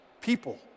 people